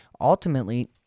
Ultimately